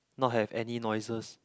not have any noises